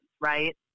Right